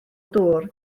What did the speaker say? dŵr